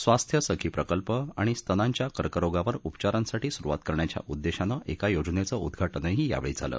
स्वास्थ्य सखी प्रकल्प आणि स्तनांच्या कर्करोगावर उपचारांसाठी सुरुवात करण्याच्या उद्देशानं एका योजनेचं उद्वाटनही यावेळी झालं